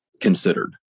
considered